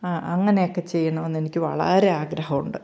അങ്ങനെയൊക്കെ ചെയ്യണമെന്ന് എനിക്ക് വളരെ ആഗ്രഹമുണ്ട്